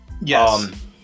Yes